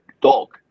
dog